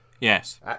Yes